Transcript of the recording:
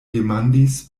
demandis